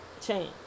change